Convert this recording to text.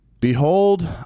Behold